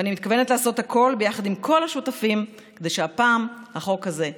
ואני מתכוונת לעשות הכול יחד עם כל השותפים כדי שהפעם החוק הזה יעבור.